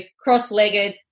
cross-legged